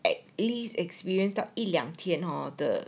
at least experienced 到一两天 hor the